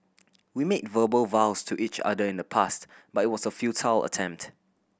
we made verbal vows to each other in the past but it was a futile attempt